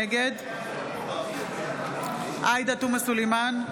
נגד עאידה תומא סלימאן,